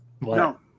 No